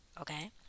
Okay